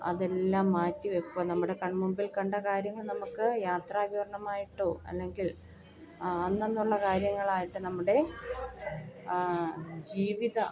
അതെല്ലാം മാറ്റി വെക്കുക നമ്മുടെ കൺമുൻപിൽ കണ്ടകാര്യങ്ങൾ നമുക്ക് യാത്രാവിവരണമായിട്ടോ അല്ലെങ്കിൽ അന്നന്നുള്ള കാര്യങ്ങളായിട്ട് നമ്മുടെ ജീവിത